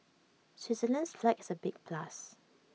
Switzerland's flag is A big plus